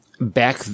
back